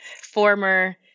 former